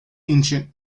ancient